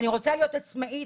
אני רוצה להיות עצמאית,